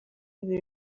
ibi